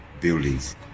buildings